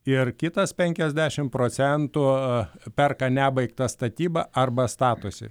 ir kitas penkiasdešimt procentų perka nebaigtą statybą arba statosi